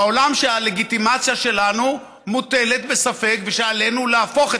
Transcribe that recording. בעולם שבו הלגיטימציה שלנו מוטלת בספק ושעלינו להפוך את